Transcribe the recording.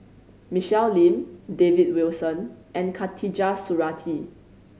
Michelle Lim David Wilson and Khatijah Surattee